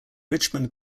richmond